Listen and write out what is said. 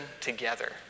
together